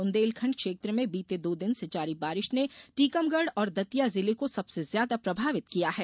बुंदेलखंड क्षेत्र में बीते दो दिन से जारी बारिश ने टीकमगढ और दतिया जिले को सबसे ज्यादा प्रभावित किया है